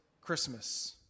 Christmas